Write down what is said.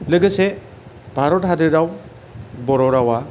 लोगोसे भारत हादोराव बर' रावा